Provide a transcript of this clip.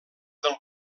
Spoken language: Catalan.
del